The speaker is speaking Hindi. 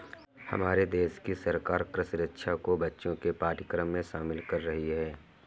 हमारे देश की सरकार कृषि शिक्षा को बच्चों के पाठ्यक्रम में शामिल कर रही है